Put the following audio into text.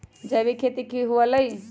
जैविक खेती की हुआ लाई?